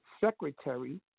secretary